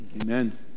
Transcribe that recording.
amen